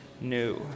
new